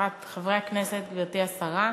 חברי חברי הכנסת, גברתי השרה,